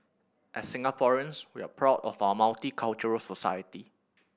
as Singaporeans we're proud of our multicultural society